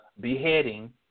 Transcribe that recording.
beheading